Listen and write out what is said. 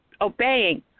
obeying